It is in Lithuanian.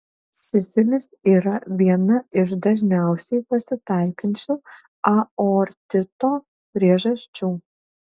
sifilis yra viena iš dažniausiai pasitaikančių aortito priežasčių